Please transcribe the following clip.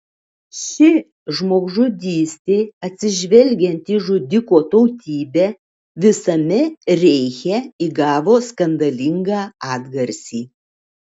ši žmogžudystė atsižvelgiant į žudiko tautybę visame reiche įgavo skandalingą atgarsį